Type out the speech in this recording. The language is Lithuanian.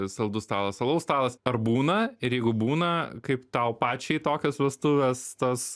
saldus stalas alaus stalas ar būna ir jeigu būna kaip tau pačiai tokios vestuvės tos